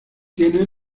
tiene